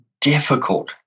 difficult